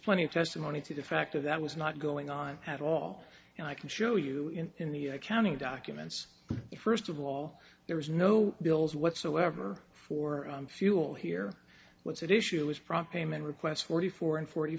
plenty of testimony to factor that was not going on at all and i can show you in the accounting documents first of all there was no bills whatsoever for fuel here what's at issue is prompt a man requests forty four and forty